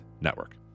Network